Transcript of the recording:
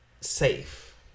safe